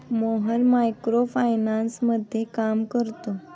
Mohan micro फायनान्समध्ये काम करतो